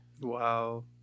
Wow